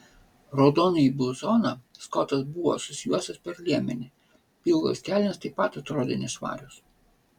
raudonąjį bluzoną skotas buvo susijuosęs per liemenį pilkos kelnės taip pat atrodė nešvarios